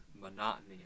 monotony